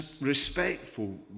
Respectful